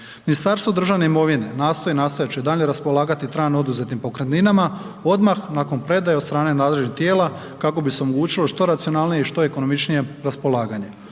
Ministarstvo državne imovine nastoji i nastojat će daljnje raspolagati trajno oduzetim pokretninama, odmah nakon predaje od strane nadležnih tijela kako bi se omogućilo što racionalnije i što ekonomičnije raspolaganje.